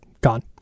Gone